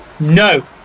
No